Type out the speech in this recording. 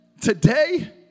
today